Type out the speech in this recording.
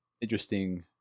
interesting